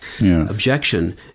objection